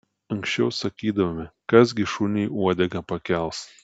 anksčiau sakydavome kas gi šuniui uodegą pakels